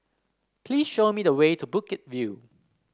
please show me the way to Bukit View